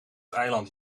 eiland